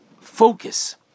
focus